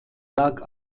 lag